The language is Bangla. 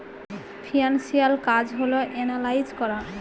ফিনান্সিয়াল কাজ হল এনালাইজ করা